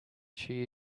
she